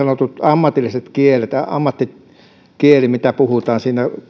ammatillisten kielten ammattikielen mitä puhutaan